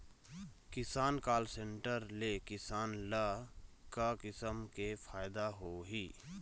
किसान call centre ले किसान ल का किसम के फायदा होही?